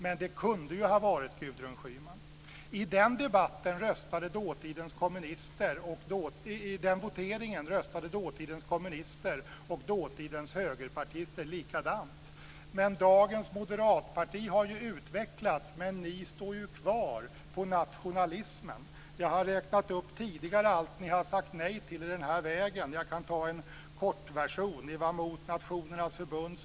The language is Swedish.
Men det kunde ju ha varit Gudrun Schyman. I den voteringen röstade dåtidens kommunister och dåtidens högerpartister likadant. Dagens moderatparti har utvecklats, men ni står ju kvar på nationalismen. Jag har tidigare räknat upp allt ni har sagt nej till i den här vägen, men jag kan ta en kortversion: Ni var som sagt emot Nationernas förbund.